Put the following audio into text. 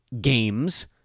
games